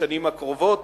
בשנים הקרובות